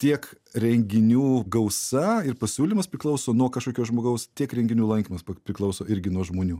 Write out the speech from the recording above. tiek renginių gausa ir pasiūlymas priklauso nuo kažkokio žmogaus tiek renginių lankymas priklauso irgi nuo žmonių